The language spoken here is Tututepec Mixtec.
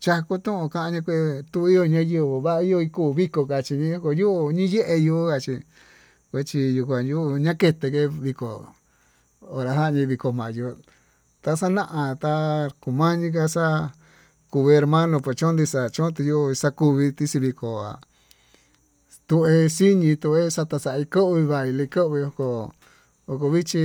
Chakotón kanikué iho nayenguu va'í iho kuu viko kachiyo'o ho niyeyo kachí, kuchi nukañuu ñaketé viko onranjañe viko mayo'ó, taxana kuu hermano pochonke kuxa'a achuntio xakute xivikó kua ti'i xini te xaiko baile ko'o oko vichí